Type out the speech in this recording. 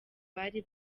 bari